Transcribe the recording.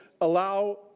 allow